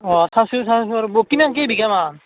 অঁ কিমান কেইবিঘামান